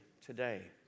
today